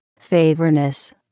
favorness